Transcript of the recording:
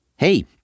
Hey